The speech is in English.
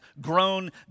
grown